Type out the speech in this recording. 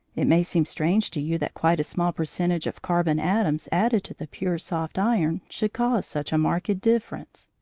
it may seem strange to you that quite a small percentage of carbon atoms added to the pure soft iron should cause such a marked difference,